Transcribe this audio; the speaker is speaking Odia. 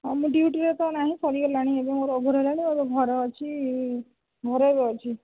ହଁ ମୁଁ ଡ୍ୟୁଟିରେ ତ ନାହିଁ ସରିଗଲାଣି ଏବେ ମୋର ଓଭର୍ ହେଲାଣି ମୁଁ ଏବେ ଘରେ ଅଛି ଘରେ ଏବେ ଅଛି